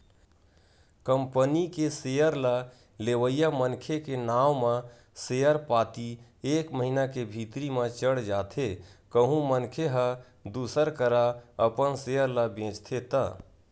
company के share ल लेवइया मनखे के नांव म सेयर पाती एक महिना के भीतरी म चढ़ जाथे कहूं मनखे ह दूसर करा अपन सेयर ल बेंचथे त